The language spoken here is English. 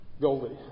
Goldie